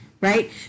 right